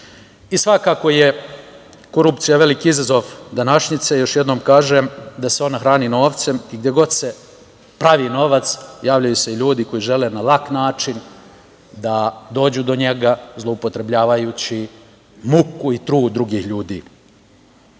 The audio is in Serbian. izneti. Svakako je korupcija veliki izazov današnjice. Još jednom kažem da se ona hrani novcem i gde god se pravi novac, javljaju se ljudi koji žele na lak način da dođu do njega, zloupotrebljavajući muku i trud drugih ljudi.